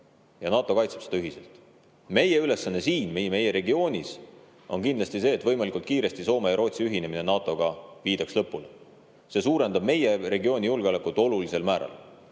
NATO kaitseb seda ühiselt. Meie ülesanne siin meie regioonis on kindlasti see, et võimalikult kiiresti Soome ja Rootsi ühinemine NATO‑ga viidaks lõpule. See suurendab meie regiooni julgeolekut olulisel määral. Teie